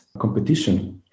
competition